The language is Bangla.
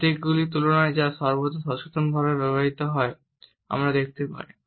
প্রতীকগুলির তুলনায় যা সর্বদা সচেতনভাবে ব্যবহৃত হয় আমরা দেখতে পাই